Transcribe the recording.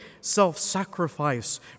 self-sacrifice